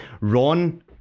Ron